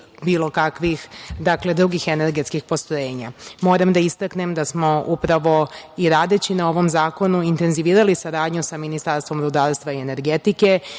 bilo kakvih drugih energetskih postrojenja. Moram da istaknem da smo, upravo, i radeći na ovom zakonu intenzivirali saradnju sa Ministarstvom rudarstva i energetike